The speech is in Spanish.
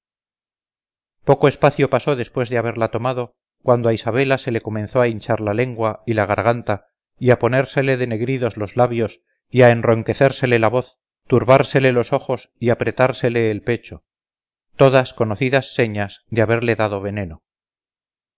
poco espacio pasó después de haberla tomado cuando a isabela se le comenzó a hinchar la lengua y la garganta y a ponérsele denegridos los labios y a enronquecérsele la voz turbársele los ojos y apretársele el pecho todas conocidas señales de haberle dado veneno